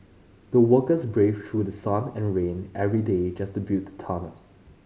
the workers braved through the sun and rain every day just to build the tunnel